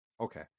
okay